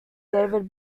david